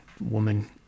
woman